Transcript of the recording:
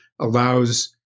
allows